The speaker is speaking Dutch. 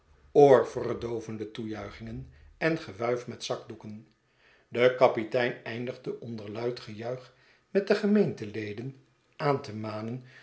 zakdoeken de kapitein eindigde onder luid gejuich met de gemeenteleden aan te manen